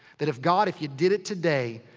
that if, god, if you did it today,